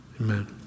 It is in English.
amen